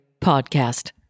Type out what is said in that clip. podcast